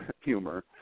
humor